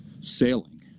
sailing